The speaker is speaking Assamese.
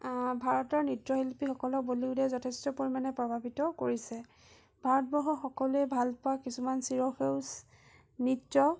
ভাৰতৰ নৃত্যশিল্পীসকলক বলিউদে যথেষ্ট প্ৰভাৱিত কৰিছে ভাৰতবৰ্ষৰ সকলোৱে ভালপোৱা কিছুমান চিৰসেউজ নৃত্য